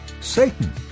Satan